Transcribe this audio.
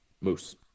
Moose